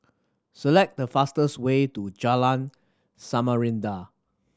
select the fastest way to Jalan Samarinda